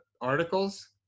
articles